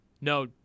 No